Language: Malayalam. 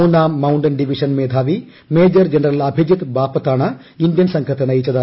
മൂന്നാം മൌണ്ടൻ ഡിവിഷൻ മേധാവി മേജർ ജനറൽ അഭിജിത്ത് ബാപ്പത്താണ് ഇന്ത്യൻ സംഘത്തെ നയിച്ചത്